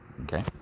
okay